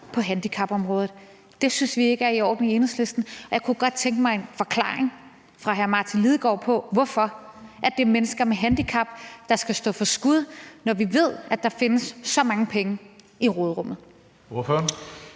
på handicapområdet. Det synes vi ikke er i orden i Enhedslisten, og jeg kunne godt tænke mig en forklaring fra hr. Martin Lidegaard på, hvorfor det er mennesker med handicap, der skal stå for skud, når vi ved, at der findes så mange penge i råderummet.